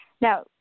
now